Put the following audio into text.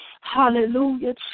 hallelujah